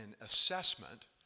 assessment